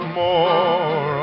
more